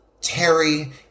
Terry